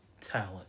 talent